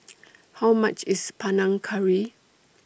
How much IS Panang Curry